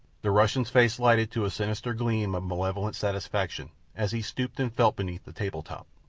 the russian's face lighted to a sinister gleam of malevolent satisfaction as he stooped and felt beneath the table top.